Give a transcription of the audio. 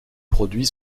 produits